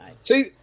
See